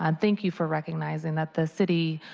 and thank you for recognizing that the city,